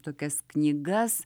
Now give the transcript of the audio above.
tokias knygas